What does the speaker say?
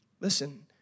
listen